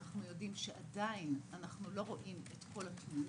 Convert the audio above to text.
עדיין אנחנו יודעים שעדיין אנחנו לא רואים את כל התמונה.